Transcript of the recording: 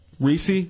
Reese